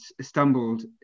stumbled